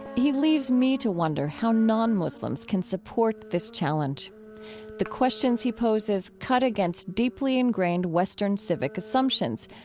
he leaves me to wonder how non-muslims can support this challenge the questions he poses cut against deeply ingrained western civic assumptions.